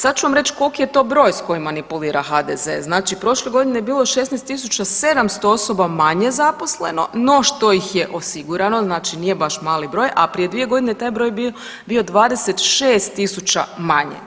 Sad ću vam reći koliko je to broj s kojim manipulira HDZ, znači prošle godine je bilo 16 700 osoba manje zaposleno no što ih je osigurano, znači nije baš mali broj, a prije 2 godine je taj broj bio 26 000 manje.